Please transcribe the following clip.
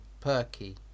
perky